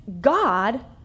God